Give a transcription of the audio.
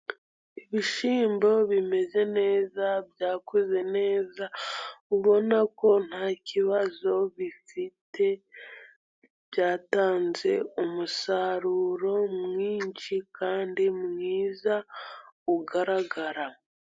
Ibishyimbo bimeze neza, byakuze neza ubona ko ntakibazo bifite, byatanze umusaruro mwinshi kandi mwiza ugaragara.